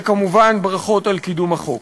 וכמובן, ברכות על קידום החוק.